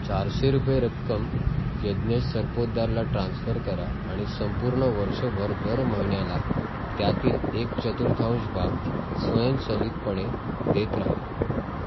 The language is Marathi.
चारशे रुपये रक्कम यज्ञेश सरपोतदारला ट्रान्स्फर करा आणि संपूर्ण वर्षभर दर महिन्याला त्यातील एक चतुर्थांश भाग स्वयंचलितपणे देत राहा